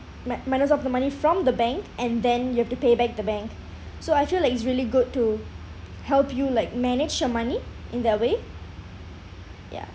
mi~ minus off the money from the bank and then you have to pay back the bank so I feel like it's really good to help you like manage your money in the way ya